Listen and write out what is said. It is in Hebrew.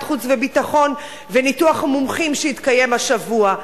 החוץ והביטחון וניתוח המומחים שהתקיים השבוע,